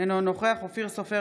אינו נוכח אופיר סופר,